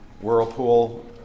Whirlpool